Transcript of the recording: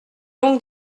longue